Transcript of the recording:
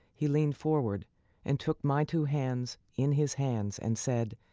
he leaned forward and took my two hands in his hands and said,